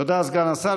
תודה, סגן השר.